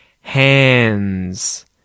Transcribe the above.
hands